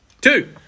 Two